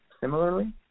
similarly